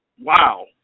wow